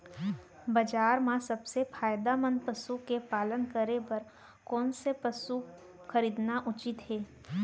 बजार म सबसे फायदामंद पसु के पालन करे बर कोन स पसु खरीदना उचित हे?